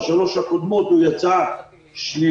בשלוש הקודמות הוא יצא שלילי.